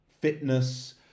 fitness